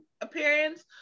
appearance